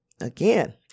Again